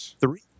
three